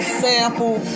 sample